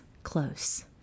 Close